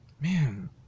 man